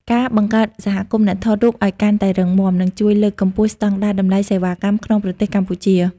ការបង្កើតសហគមន៍អ្នកថតរូបឱ្យកាន់តែរឹងមាំ នឹងជួយលើកកម្ពស់ស្តង់ដារតម្លៃសេវាកម្មក្នុងប្រទេសកម្ពុជា។